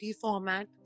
format